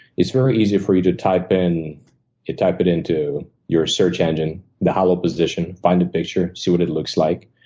it's very easy for you to type in you type it into your search engine, the hollow position, find a picture, see what it looks like,